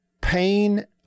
pain